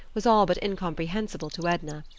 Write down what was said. was all but incomprehensible to edna.